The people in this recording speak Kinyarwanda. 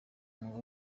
umwuga